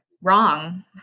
wrong